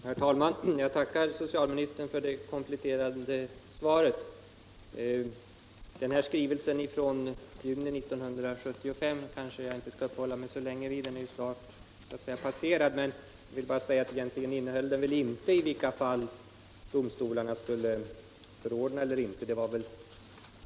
Herr talman! Jag tackar socialministern för det kompletterande svaret. Skrivelsen från juni 1975 skall jag inte uppehålla mig så länge vid. Jag vill dock säga att den egentligen inte innehöll i vilka fall domstolarna skulle förordna om undersökning.